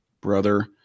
brother